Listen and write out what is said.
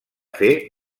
fer